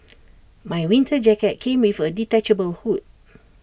my winter jacket came with A detachable hood